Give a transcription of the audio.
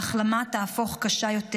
וההחלמה תהפוך קשה יותר,